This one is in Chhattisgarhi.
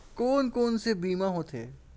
कोन कोन से बीमा होथे?